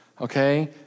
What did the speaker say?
Okay